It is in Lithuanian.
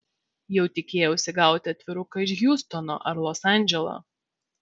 jau tikėjausi gauti atviruką iš hjustono ar los andželo